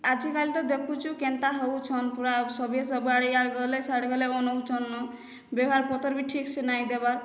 ଆଜି କାଲି ତ ଦେଖୁଛୁ କେନ୍ତା ହେଉଛନ ପୁରା ସଭେ ସବୁ ଆଡ଼େ ଇଆଡ଼େ ଗଲେ ସିଆଡ଼େ ଗଲେ ଅନଉଛନ ନ ବ୍ୟବହାର ପତର ବି ଠିକ୍ସେ ନାଇଁ ଦେବାର୍